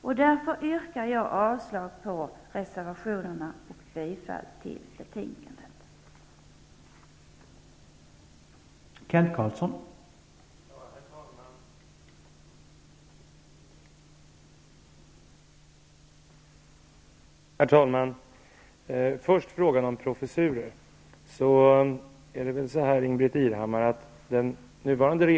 Jag yrkar därför avslag på reservationerna och bifall till utskottets hemställan.